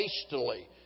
hastily